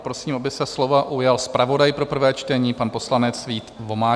Prosím, aby se slova ujal zpravodaj pro prvé čtení, pan poslanec Vít Vomáčka.